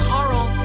Carl